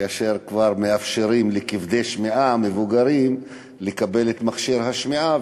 כאשר כבר מאפשרים לכבדי שמיעה מבוגרים לקבל את מכשיר השמיעה.